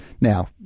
Now